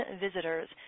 visitors